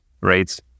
rates